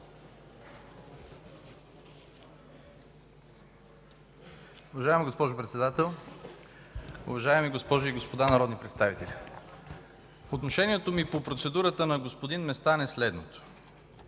уважаеми дами и господа народни представители! Отношението ми по процедурата на господин Местан е следното: